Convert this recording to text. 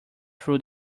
through